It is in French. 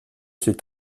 ses